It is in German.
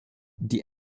die